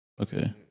Okay